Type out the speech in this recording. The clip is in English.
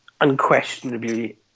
unquestionably